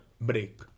break